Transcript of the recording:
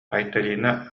айталина